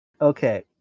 Okay